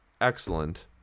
excellent